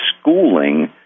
schooling